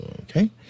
okay